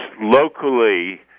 locally